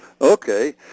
Okay